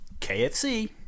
KFC